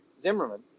Zimmerman